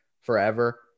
forever